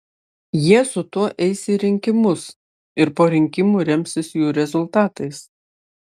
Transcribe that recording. jie su tuo eis į rinkimus ir po rinkimų remsis jų rezultatais